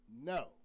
No